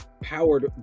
powered